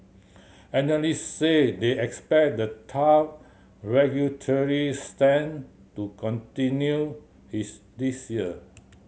analyst say they expect the tough regulatory stand to continue his this year